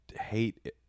hate